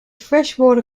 freshwater